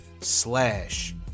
slash